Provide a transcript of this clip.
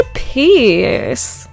peace